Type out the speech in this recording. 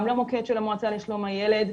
גם למוקד של המועצה לשלום הילד.